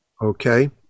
Okay